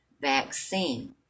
vaccine